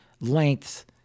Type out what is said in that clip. length